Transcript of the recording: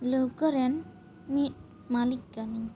ᱞᱟᱹᱣᱠᱟᱹ ᱨᱮᱱ ᱢᱤᱫ ᱢᱟᱹᱞᱤᱠ ᱠᱟᱹᱱᱟᱹᱧ